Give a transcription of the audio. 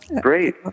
Great